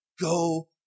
go